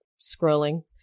scrolling